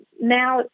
now